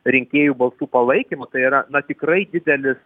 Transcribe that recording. rinkėjų balsų palaikymą yra na tikrai didelis